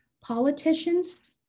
politicians